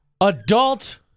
Adult